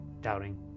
doubting